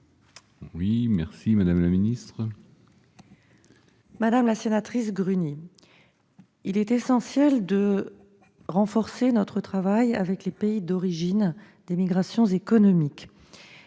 est à Mme la ministre. Madame la sénatrice Gruny, il est essentiel de renforcer notre travail avec les pays d'origine des migrations économiques.